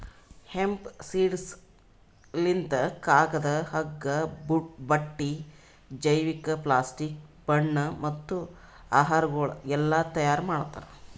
hemp seeds lint ಕಾಗದ, ಹಗ್ಗ, ಬಟ್ಟಿ, ಜೈವಿಕ, ಪ್ಲಾಸ್ಟಿಕ್, ಬಣ್ಣ ಮತ್ತ ಆಹಾರಗೊಳ್ ಎಲ್ಲಾ ತೈಯಾರ್ ಮಾಡ್ತಾರ್